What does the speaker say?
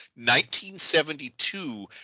1972